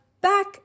back